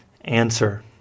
Answer